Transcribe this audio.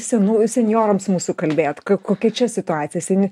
senų senjorams mūsų kalbėt kokia čia situacija seni